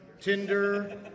Tinder